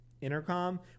intercom